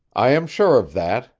i am sure of that,